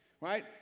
right